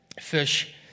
fish